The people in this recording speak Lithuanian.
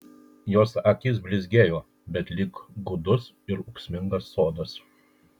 jos akys blizgėjo bet lyg gūdus ir ūksmingas sodas